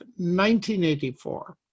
1984